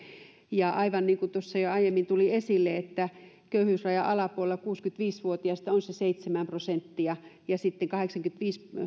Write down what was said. ja aivan niin kuin tuossa jo aiemmin tuli esille köyhyysrajan alapuolella kuusikymmentäviisi vuotiaista on seitsemän prosenttia ja kahdeksankymmentäviisi